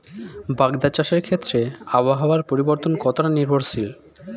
বাগদা চাষের ক্ষেত্রে আবহাওয়ার পরিবর্তন কতটা নির্ভরশীল?